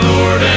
Lord